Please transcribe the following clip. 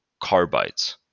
carbides